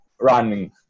running